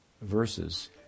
verses